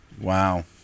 Wow